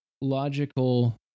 logical